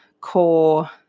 core